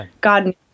God